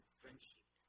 friendship